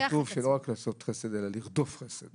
כתוב לא רק לעשות חסד אלא לרדוף את החסד,